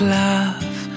love